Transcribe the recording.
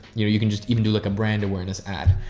you know, you can just even do like a brand awareness ad,